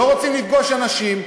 לא רוצים לפגוש אנשים,